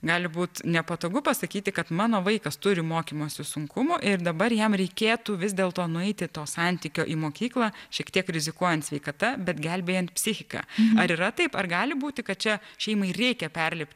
gali būt nepatogu pasakyti kad mano vaikas turi mokymosi sunkumų ir dabar jam reikėtų vis dėlto nueiti to santykio į mokyklą šiek tiek rizikuojant sveikata bet gelbėjant psichiką ar yra taip ar gali būti kad čia šeimai reikia perlipt